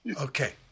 Okay